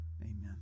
Amen